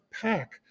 pack